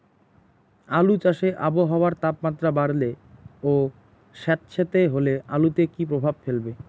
আলু চাষে আবহাওয়ার তাপমাত্রা বাড়লে ও সেতসেতে হলে আলুতে কী প্রভাব ফেলবে?